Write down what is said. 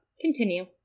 Continue